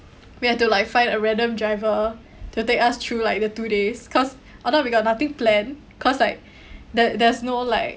we have to like find a random driver to take us through like the two days because or not we got nothing plan cause like there there's no like